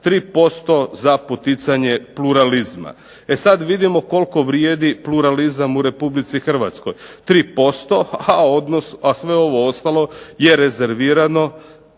3% za poticanje pluralizma. E sad vidimo koliko vrijedi pluralizam u Republici Hrvatskoj 3%, a sve ovo ostalo je rezervirano